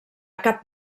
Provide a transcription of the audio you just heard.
cap